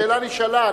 השאלה נשאלה.